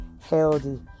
healthy